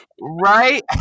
Right